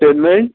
केन्नाय